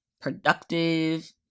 productive